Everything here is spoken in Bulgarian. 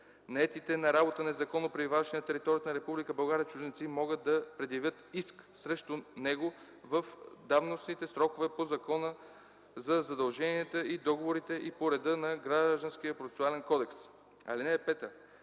наетите на работа незаконно пребиваващи на територията на Република България чужденци могат да предявят иск срещу него в давностните срокове по Закона за задълженията и договорите и по реда на Гражданския процесуален кодекс.